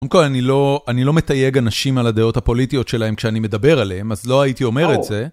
קודם כל אני לא, אני לא מתייג אנשים על הדעות הפוליטיות שלהם כשאני מדבר עליהם, אז לא הייתי אומר את זה.